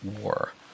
war